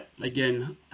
again